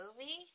movie